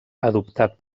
adoptat